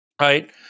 right